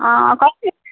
आं कसलें